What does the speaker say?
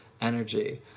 energy